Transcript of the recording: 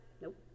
Nope